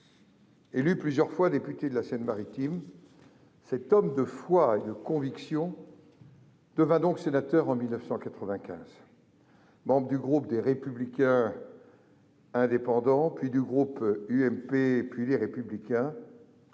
Élu plusieurs fois député de la Seine-Maritime, cet homme de foi et de conviction devint sénateur en 1995. Membre du groupe des Républicains indépendants, puis du groupe UMP et du groupe Les Républicains,